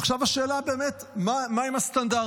עכשיו, השאלה היא מהם הסטנדרטים.